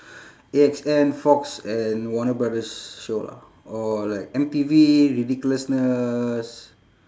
A X N fox and warner brothers show lah or like M_T_V ridiculousness